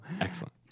Excellent